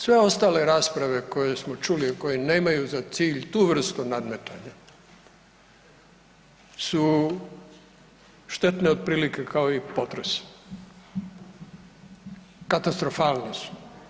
Sve ostale rasprave koje smo čuli, a koje nemaju za cilj tu vrstu nadmetanja su štetne otprilike kao i potres, katastrofalne su.